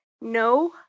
no